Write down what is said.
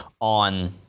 on